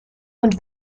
und